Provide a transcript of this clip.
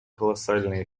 колоссальный